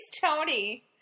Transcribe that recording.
Tony